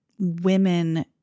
women